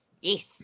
yes